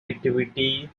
activity